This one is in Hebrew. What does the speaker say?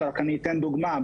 אתן דוגמה.